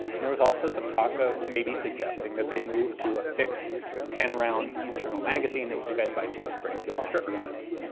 and there was also some talk of maybe suggesting that they move to a fixed ten round internal magazine that was fed by two springfield stripper clips.